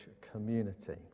community